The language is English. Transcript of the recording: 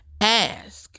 Ask